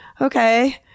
okay